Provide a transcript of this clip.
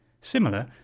Similar